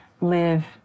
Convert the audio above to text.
live